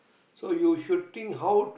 so you should think how